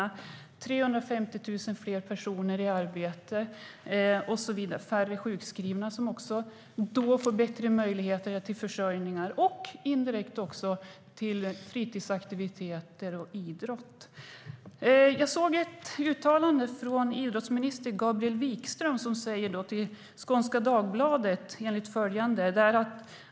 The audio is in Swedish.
Det har gjort att 350 000 fler personer har kommit i arbete. Det har blivit färre sjukskrivna som nu har fått bättre möjlighet till försörjning. Indirekt har också fritidsaktiviteter och idrott gynnats. Jag läste ett uttalande från idrottsminister Gabriel Wikström i Skånska Dagbladet.